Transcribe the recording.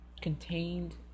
contained